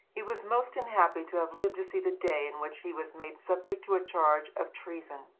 he was most unhappy to have lived to see the day in which he was made subject to a charge of treason.